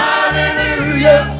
Hallelujah